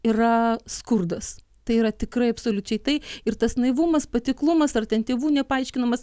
yra skurdas tai yra tikrai absoliučiai tai ir tas naivumas patiklumas ar ten tėvų nepaaiškinamas